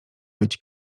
być